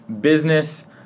business